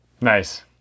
nice